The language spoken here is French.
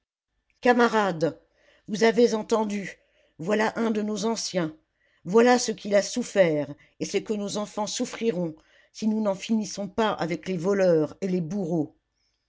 camarades vous avez entendu voilà un de nos anciens voilà ce qu'il a souffert et ce que nos enfants souffriront si nous n'en finissons pas avec les voleurs et les bourreaux